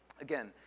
Again